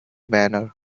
manner